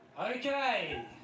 Okay